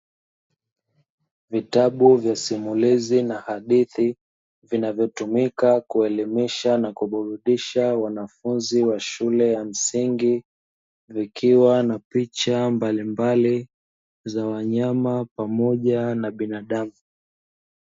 Vitabu vya simulizi na hadithi, vinavyotumika kuelimisha na kuburudisha wanafunzi wa shule ya msingi, vikiwa na picha mbalimbali za wanyama pamoja na binadamu.